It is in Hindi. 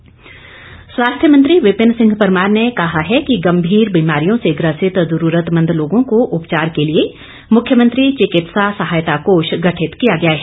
विपिन परमार स्वास्थ्य मंत्री विपिन सिंह परमार ने कहा है कि गंभीर बीमारियों से ग्रसित जरूरतमंद लोगों को उपचार के लिए मुख्यमंत्री चिकित्सा सहायता कोष गठित किया गया है